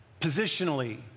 positionally